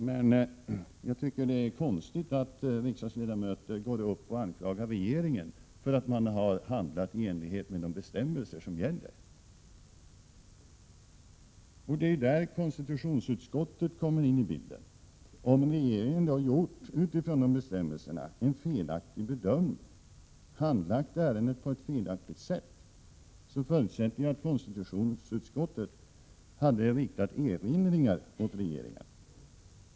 Men jag tycker det är konstigt att riksdagsledamöter går upp och anklagar regeringen när den har handlat i enlighet med de bestämmelser som gäller. Det är där konstitutionsutskottet kommer in i bilden. Om regeringen utifrån dessa bestämmelser hade gjort en felaktig bedömning eller handlagt ärendet på ett felaktigt sätt, så förutsätter jag att konstitutionsutskottet hade riktat erinringar mot regeringen.